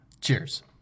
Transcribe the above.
cheers